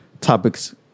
topics